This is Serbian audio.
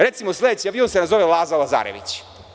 Recimo, sledeći avion se nazove „Laza Lazarević“